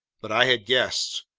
but i had guessed.